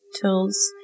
tools